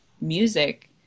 music